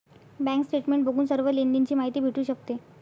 bank statement बघून सर्व लेनदेण ची माहिती भेटू शकते